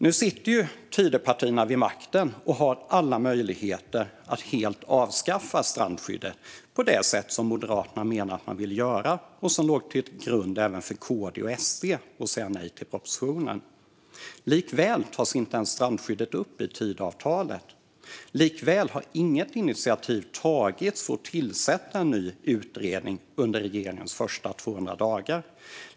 Nu sitter Tidöpartierna vid makten och har alla möjligheter att helt avskaffa strandskyddet på det sätt som Moderaterna menar att man vill göra och som låg till grund för även KD och SD att säga nej till propositionen. Likväl tas strandskyddet inte ens upp i Tidöavtalet. Likväl har inget initiativ tagits för att tillsätta en ny utredning under regeringens första 200 dagar.